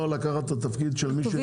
לקחת את התפקיד של מי שמנהל משא ומתן.